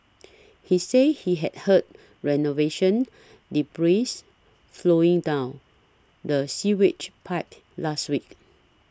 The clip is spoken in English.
he said he had heard renovation debris flowing down the sewage pipe last week